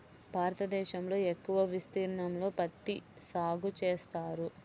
భారతదేశంలో ఎక్కువ విస్తీర్ణంలో పత్తి సాగు చేస్తారు